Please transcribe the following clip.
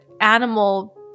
animal